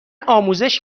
آموزش